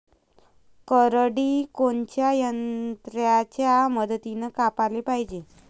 करडी कोनच्या यंत्राच्या मदतीनं कापाले पायजे?